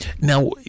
now